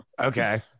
Okay